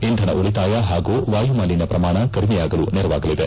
ಇಂಧನ ಉಳಿತಾಯ ಹಾಗೂ ವಾಯು ಮಾಲಿನ್ಲ ಶ್ರಮಾಣ ಕಡಿಮೆಯಾಗಲೂ ನೆರವಾಗಲಿದೆ